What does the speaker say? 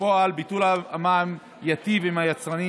בפועל ביטול המע"מ ייטיב עם היצרנים